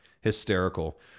Hysterical